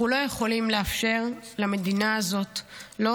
אנחנו לא יכולים לאפשר למדינה הזאת לא